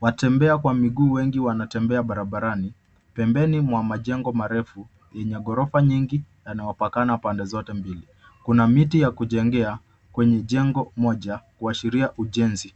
Watembea kwa miguu wengi wanatembea barabarani. Pembeni mwa majengo marefu yenye ghorofa nyingi yanayopakana pande zote mbili. Kuna miti ya kujengea kwenye jengo moja kuashiria ujenzi.